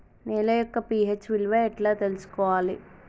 నేల యొక్క పి.హెచ్ విలువ ఎట్లా తెలుసుకోవాలి?